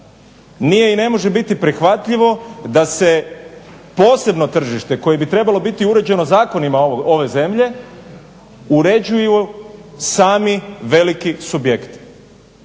Nije i ne može biti prihvatljivo da se posebno tržište koje bi trebalo biti uređeno zakonima ove zemlje uređuju sami veliki subjekti.